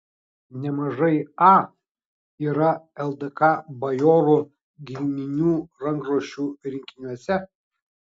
nemažai a yra ldk bajorų giminių rankraščių rinkiniuose